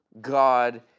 God